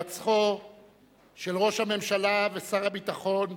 של ראש הממשלה ושר הביטחון